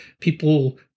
people